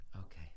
Okay